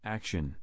Action